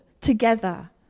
together